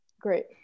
Great